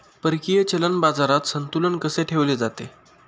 परकीय चलन बाजारात संतुलन कसे ठेवले जाते?